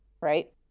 right